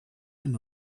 him